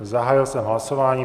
Zahájil jsem hlasování.